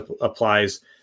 applies